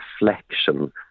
reflection